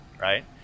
right